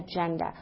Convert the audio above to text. agenda